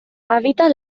habita